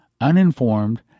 uninformed